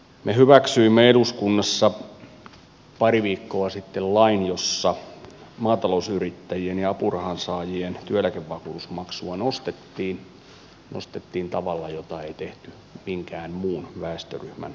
me hyväksyimme eduskunnassa pari viikkoa sitten lain jossa maatalousyrittäjien ja apurahansaajien työeläkevakuutusmaksua nostettiin nostettiin tavalla jota ei tehty minkään muun väestöryhmän osalta